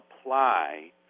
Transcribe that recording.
apply